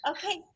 Okay